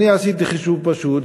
אני עשיתי חישוב פשוט,